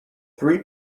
three